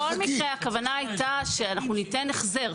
בכל מקרה הכוונה הייתה שניתן החזר.